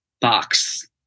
box